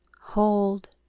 hold